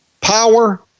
power